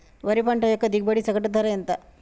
వరి పంట యొక్క దిగుబడి సగటు ధర ఎంత?